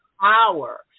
power